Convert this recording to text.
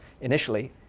initially